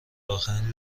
آخرین